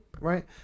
right